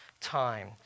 time